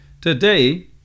Today